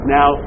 Now